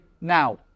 now